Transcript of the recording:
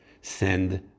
send